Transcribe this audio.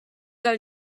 del